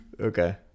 Okay